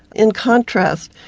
in contrast,